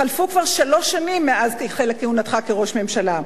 חלפו כבר שלוש שנים מאז החלה כהונתך כראש ממשלה.